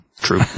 True